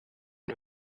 who